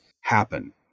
happen